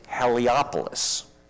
Heliopolis